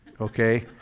Okay